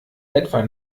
etwa